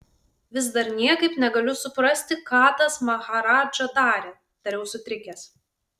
vis dar niekaip negaliu suprasti ką tas maharadža darė tariau sutrikęs